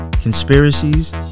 conspiracies